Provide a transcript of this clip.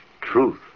truth